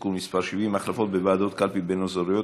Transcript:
(תיקון מס' 70) (החלפות בוועדות קלפי בין אזורי בחירות),